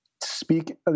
speak